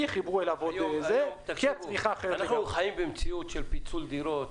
כי חיברו אליו עוד --- אנחנו חיים במציאות של פיצול דירות.